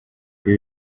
ibi